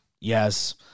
yes